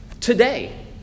today